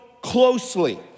closely